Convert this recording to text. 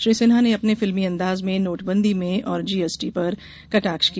श्री सिन्हा ने अपने फिल्मी अंदाज में नोटबंदी में और जीएसटी पर कटाक्ष किया